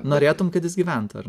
norėtum kad jis gyventų ar